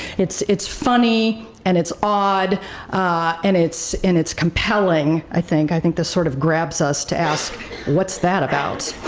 it's it's funny and it's odd and it's and it's compelling, i think. i think this sort of grabs us to ask what's that about.